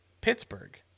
Pittsburgh